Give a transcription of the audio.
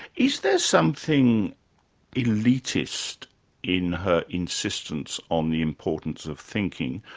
is there something elitist in her insistence on the importance of thinking?